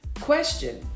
Question